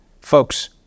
Folks